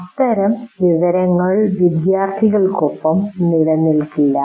അത്തരം വിവരങ്ങൾ വിദ്യാർത്ഥികളോടൊപ്പം നിലനിൽക്കില്ല